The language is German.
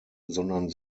sondern